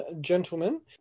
gentlemen